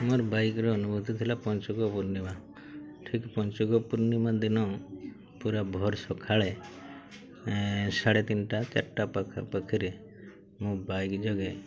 ମୋର ବାଇକ୍ର ଅନୁଭୂତି ଥିଲା ପଞ୍ଚୁକ ପୂର୍ଣ୍ଣିମା ଠିକ୍ ପଞ୍ଚୁକ ପୂର୍ଣ୍ଣିମା ଦିନ ପୁରା ଭୋର୍ ସକାଳେ ସାଢ଼େ ତିନିଟା ଚାରିଟା ପାଖାପାଖିରେ ମୁଁ ବାଇକ୍ ଯୋଗେ